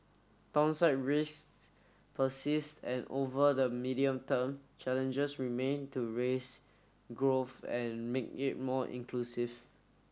downside risks persist and over the medium term challenges remain to raise growth and make it more inclusive